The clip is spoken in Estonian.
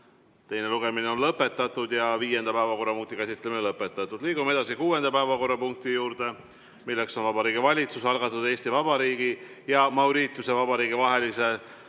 Teine lugemine on lõpetatud ja ka viienda päevakorrapunkti käsitlemine on lõpetatud. Liigume edasi kuuenda päevakorrapunkti juurde, see on Vabariigi Valitsuse algatatud Eesti Vabariigi ja Mauritiuse Vabariigi vahelise tulumaksudega